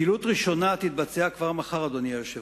פעילות ראשונה תתקיים כבר מחר, אדוני היושב-ראש,